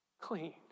clean